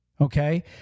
okay